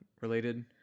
related